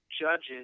judges